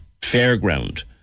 fairground